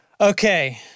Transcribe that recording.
Okay